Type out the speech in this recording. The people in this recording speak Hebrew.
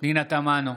פנינה תמנו,